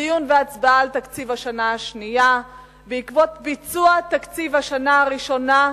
דיון והצבעה על תקציב השנה השנייה בעקבות ביצוע תקציב השנה הראשונה,